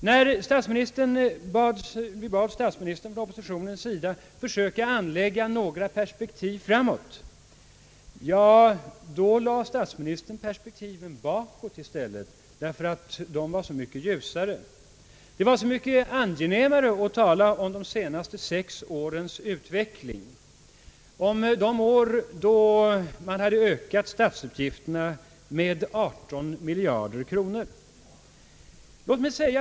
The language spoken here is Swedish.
När vi från oppositionens sida bad statsministern att försöka anlägga några perspektiv framåt, då lade statsministern perspektiven bakåt i stället det var så mycket ljusare; det var så mycket angenämare att tala om de senaste sex årens utveckling; om de år då man ökat statsutgifterna med 18 miljarder kronor.